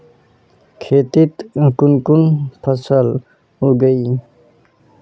खेतीत कुन कुन फसल उगेई?